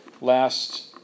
last